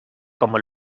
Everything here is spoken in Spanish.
como